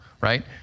right